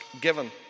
given